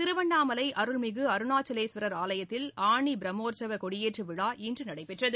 திருவண்ணாமலை அருள்மிகு அருணாசலேஸ்வரர் ஆலயத்தில் ஆனி பிரம்மோற்சவ கொடியேற்று விழா இன்று நடைபெற்றது